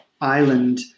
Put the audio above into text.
Island